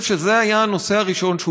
כי אחרת זה הופך להיות לטקס שמגיע שר